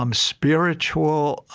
um spiritual,